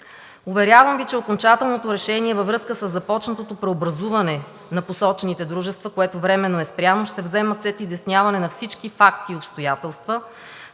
Уверявам Ви, че окончателното решение във връзка със започнатото преобразуване на посочените дружества, което временно е спряно, ще взема след изясняване на всички факти и обстоятелства.